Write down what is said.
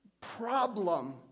problem